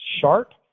Sharp